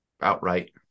outright